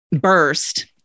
burst